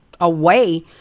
away